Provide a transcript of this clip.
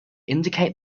indicate